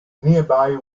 nearby